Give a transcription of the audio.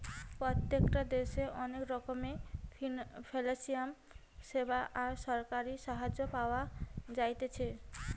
প্রত্যেকটা দেশে অনেক রকমের ফিনান্সিয়াল সেবা আর সরকারি সাহায্য পাওয়া যাতিছে